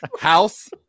House